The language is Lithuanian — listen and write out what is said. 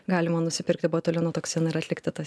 galima nusipirkti botulino toksinų ir atlikti tas